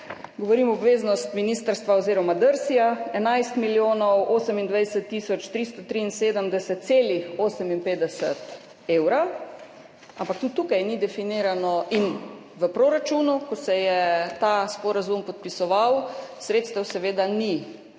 govorim o obveznosti ministrstva oziroma DRSI, 11 milijonov 28 tisoč 373,58 evra. Ampak tudi tukaj ni definiran in v proračunu, ko se je ta sporazum podpisoval, sredstev seveda ni bilo